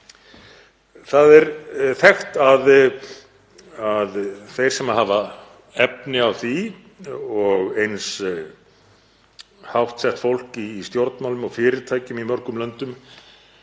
Það er þekkt að þeir sem hafa efni á því, og eins hátt sett fólk í stjórnmálum og fyrirtækjum í mörgum löndum,